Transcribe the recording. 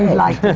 like